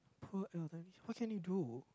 poor elderly what can you do